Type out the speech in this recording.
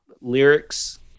lyrics